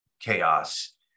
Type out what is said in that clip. chaos